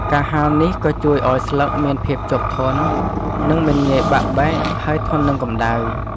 ការហាលនេះក៏ជួយឲ្យស្លឹកមានភាពជាប់ធន់ និងមិនងាយបាក់បែកហើយធន់នឹងកម្តៅ។